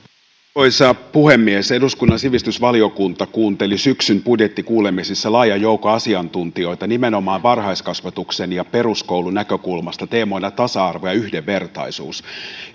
arvoisa puhemies eduskunnan sivistysvaliokunta kuunteli syksyn budjettikuulemisissa laajan joukon asiantuntijoita nimenomaan varhaiskasvatuksen ja peruskoulun näkökulmasta teemoina tasa arvo ja yhdenvertaisuus